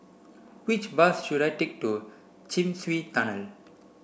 which bus should I take to Chin Swee Tunnel